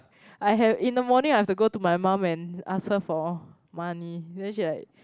I have in the morning I have to go to my mum and ask her for money then she like